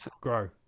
grow